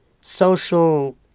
social